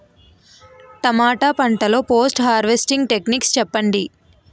టమాటా పంట లొ post harvesting techniques చెప్పండి?